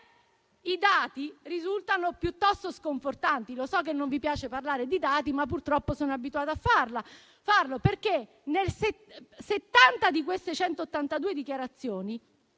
i dati risultano piuttosto sconfortanti. So che non vi piace parlare di dati, ma, purtroppo, sono abituata a farlo. Infatti, 70 di quelle 182 dichiarazioni